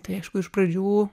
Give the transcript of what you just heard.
tai aišku iš pradžių